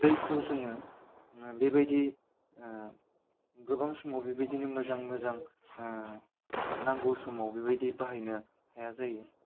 दैखौ जोङो बेबायदि गोबां समाव बेबायदिनो मोजां मोजां नांगौ समाव बेबायदि बाहायनो हाया जायो